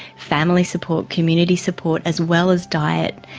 family support, community support, as well as diet,